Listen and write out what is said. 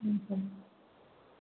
ఓకేనండి